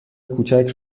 کوچک